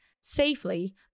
safely